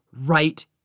right